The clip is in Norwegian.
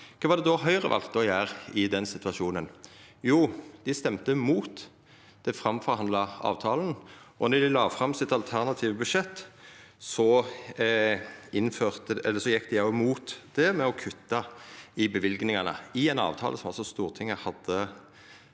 Kva var det Høgre valde å gjera i den situasjonen? Jo, dei stemte imot den framforhandla avtalen, og då dei la fram sitt alternative budsjett, gjekk dei òg mot det ved å kutta i løyvingane i ein avtale som Stortinget hadde